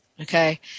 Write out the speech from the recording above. Okay